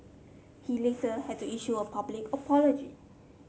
he later had to issue a public apology